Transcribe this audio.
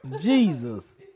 Jesus